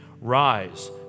Rise